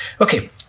Okay